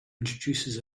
introduces